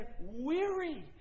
weary